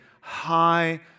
high